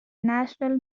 national